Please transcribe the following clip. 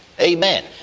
Amen